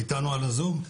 היא איתנו בזום?